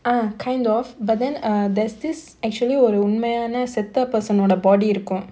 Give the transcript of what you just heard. uh kind of but then err there's this actually ஒரு உண்மையான செத்த:oru unmaiyaana setha person ஓட:oda body இருக்கும்:irukkum